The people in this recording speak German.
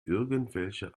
irgendwelche